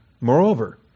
Moreover